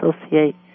associate